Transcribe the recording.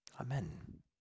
Amen